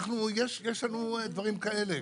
יש לנו דברים כאלה.